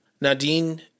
Nadine